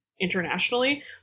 internationally